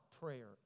prayer